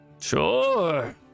Sure